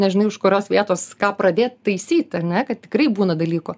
nežinai už kurios vietos ką pradėt taisyt ar ne kad tikrai būna dalykų